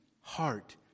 heart